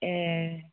ए